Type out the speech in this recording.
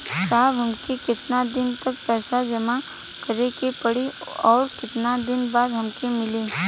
साहब हमके कितना दिन तक पैसा जमा करे के पड़ी और कितना दिन बाद हमके मिली?